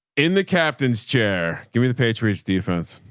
in the captain's chair. give me the patriots defense.